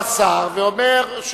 בא שר ואומר,